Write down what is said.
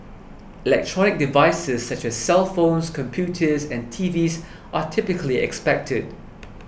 electronic devices such as cellphones computers and T Vs are typically expected